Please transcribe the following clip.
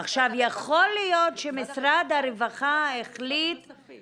יכול להיות שמשרד הרווחה החליט